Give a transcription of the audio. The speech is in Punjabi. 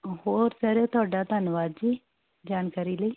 ਹੋਰ ਸਰ ਤੁਹਾਡਾ ਧੰਨਵਾਦ ਜੀ ਜਾਣਕਾਰੀ ਲਈ